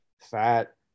fat